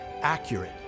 accurate